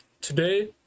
Today